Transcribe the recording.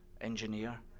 engineer